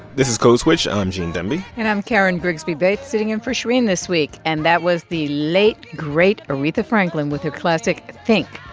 this is code switch. i'm gene demby and i'm karen grigsby bates, sitting in for shereen this week. and that was the late, great aretha franklin with her classic think.